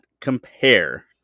compare